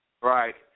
Right